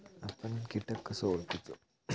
आपन कीटक कसो ओळखूचो?